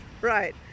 Right